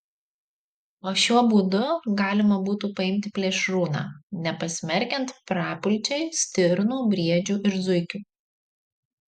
o šiuo būdu galima būtų paimti plėšrūną nepasmerkiant prapulčiai stirnų briedžių ir zuikių